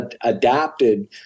adapted